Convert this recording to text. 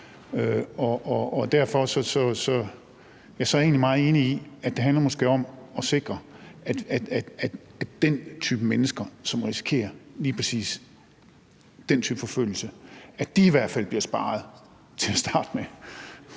og derfor er jeg egentlig meget enig i, at det måske handler om at sikre, at i hvert fald de mennesker, som risikerer lige præcis den type forfølgelse, bliver sparet til at starte med.